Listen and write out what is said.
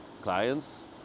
clients